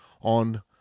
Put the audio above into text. on